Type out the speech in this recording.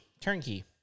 turnkey